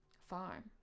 Farm